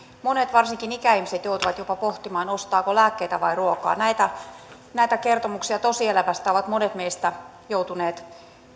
monet varsinkin ikäihmiset joutuvat jopa pohtimaan ostaako lääkkeitä vai ruokaa näitä näitä kertomuksia tosielämästä ovat monet meistä joutuneet